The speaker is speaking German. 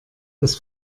des